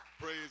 Praise